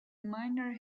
minor